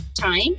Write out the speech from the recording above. time